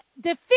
defeat